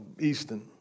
Easton